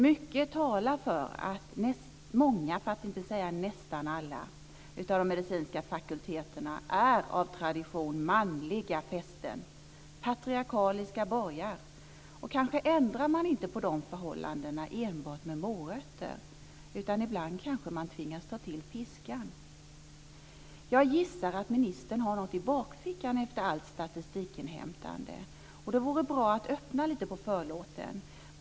Mycket talar för att många, för att inte säga nästan alla, av de medicinska fakulteterna av tradition är manliga fästen, patriarkaliska borgar. Kanske ändrar man inte på de förhållandena enbart med morötter. Ibland kanske man tvingas ta till piskan. Jag gissar att ministern har något i bakfickan efter allt statistikinhämtande. Det vore bra att öppna lite på förlåten.